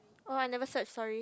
oh I never search sorry